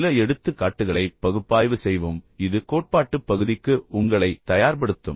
சில எடுத்துக்காட்டுகளைப் பார்த்து அவற்றை பகுப்பாய்வு செய்வோம் இது கோட்பாட்டுப் பகுதிக்கு உங்களைத் தயார்படுத்தும்